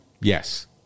Yes